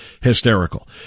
hysterical